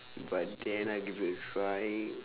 but then I give it a try